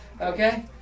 Okay